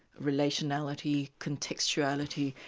relationality, contextuality,